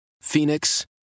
Phoenix